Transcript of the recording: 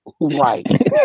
Right